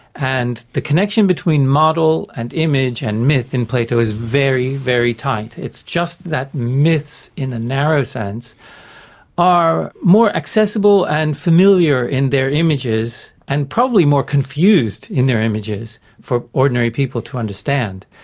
and the connection between model and image and myth in plato is very, very tight, it's just that myths in the narrow sense are more accessible and familiar in their images and probably more confused in their images for ordinary people to understand.